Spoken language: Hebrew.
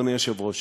אדוני היושב-ראש,